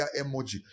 emoji